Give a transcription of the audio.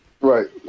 Right